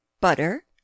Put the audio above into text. butter